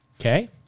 Okay